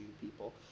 people